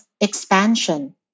expansion